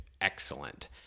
excellent